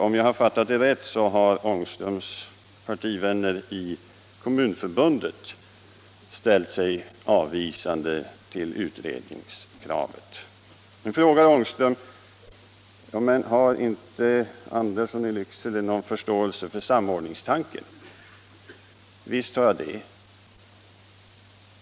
Om jag har fattat det rätt, har herr Ångströms partivänner i Kommunförbundet ställt sig avvisande till utredningskravet. Nu frågar herr Ångström: Har inte herr Andersson i Lycksele någon förståelse för samordningstanken? Visst har jag det.